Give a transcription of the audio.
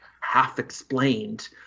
half-explained